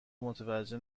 متوجه